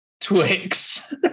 Twix